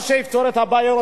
מה שיפתור את הבעיה,